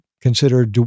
consider